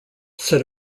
said